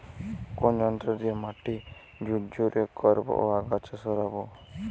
কোন যন্ত্র দিয়ে মাটি ঝুরঝুরে করব ও আগাছা সরাবো?